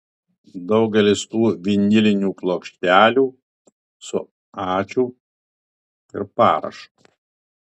daugelis tų vinilinių plokštelių su ačiū ir parašu